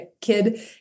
kid